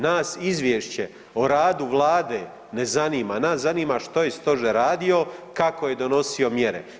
Nas izvješće o radu Vlade ne zanima, nas zanima što je stožer radio, kako je donosio mjere.